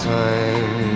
time